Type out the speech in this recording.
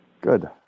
Good